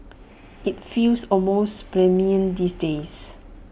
IT feels almost plebeian these days